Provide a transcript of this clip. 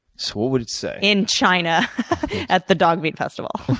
so what would it say? in china at the dog meat festival.